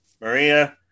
Maria